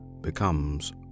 becomes